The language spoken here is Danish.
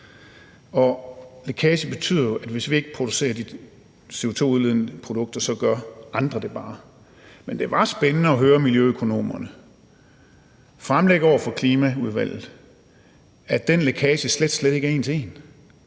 lækage betyder jo, at hvis vi ikke producerer de CO2-udledende produkter, gør andre det bare. Men det var spændende at høre miljøøkonomerne fremlægge over for Klimaudvalget, at den lækage slet, slet ikke er en til en.